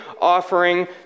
offering